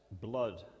blood